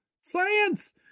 Science